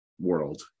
world